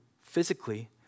physically